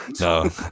no